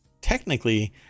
technically